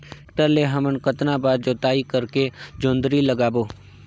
Tractor ले हमन कतना बार जोताई करेके जोंदरी लगाबो?